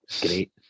Great